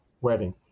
wedding